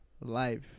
life